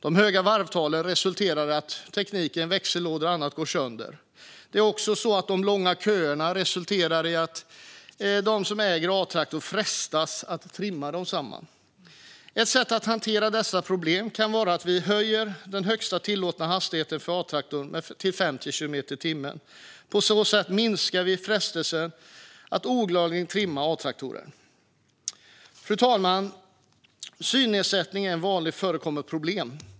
De höga varvtalen resulterar i att växellådor och annat går sönder. Vidare resulterar de långa köer som uppstår i att de som äger A-traktorer frestas att trimma dem. Ett sätt att hantera dessa problem kan vara att vi höjer den högsta tillåtna hastigheten för A-traktorn till 50 kilometer i timmen. På så sätt minskar vi frestelsen att olagligen trimma A-traktorer. Fru talman! Synnedsättning är ett vanligt förekommande problem.